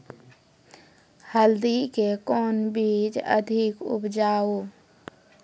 हल्दी के कौन बीज अधिक उपजाऊ?